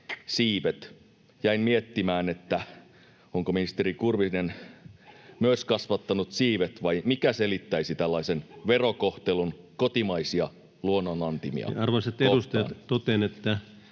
Jäin miettimään, onko ministeri Kurvinen myös kasvattanut siivet vai mikä selittäisi tällaisen verokohtelun kotimaisia luonnonantimia kohtaan. [Speech